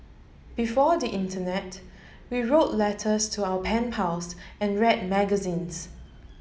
before the internet we wrote letters to our pen pals and read magazines